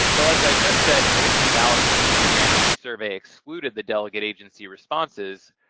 and though, as i just said, most analysis of the grantee survey excluded the delegate agency responses,